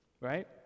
right